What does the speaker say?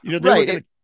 Right